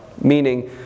Meaning